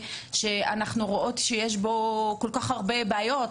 כשאנחנו רואות שיש בו כל כך הרבה בעיות,